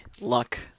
luck